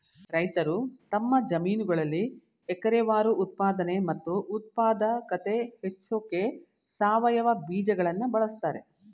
ರೈತರು ತಮ್ಮ ಜಮೀನುಗಳಲ್ಲಿ ಎಕರೆವಾರು ಉತ್ಪಾದನೆ ಮತ್ತು ಉತ್ಪಾದಕತೆ ಹೆಚ್ಸೋಕೆ ಸಾವಯವ ಬೀಜಗಳನ್ನು ಬಳಸ್ತಾರೆ